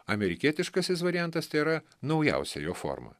amerikietiškasis variantas tai yra naujausia jo forma